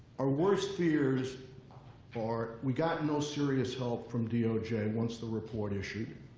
our worst fears are, we got no serious help from doj and once the report issued.